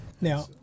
Now